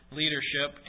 leadership